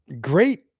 great